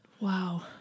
Wow